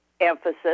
emphasis